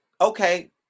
okay